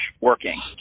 working